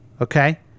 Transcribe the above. Okay